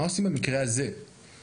מה עושים במקרה הזה?